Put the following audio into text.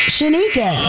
Shanika